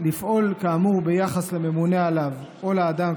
לפעול כאמור ביחס לממונה עליו או לאדם,